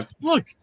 Look